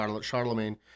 Charlemagne